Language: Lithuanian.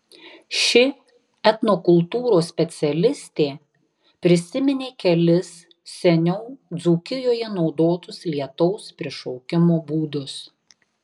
ši etnokultūros specialistė prisiminė kelis seniau dzūkijoje naudotus lietaus prišaukimo būdus